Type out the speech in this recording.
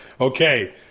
Okay